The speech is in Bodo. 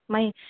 माइ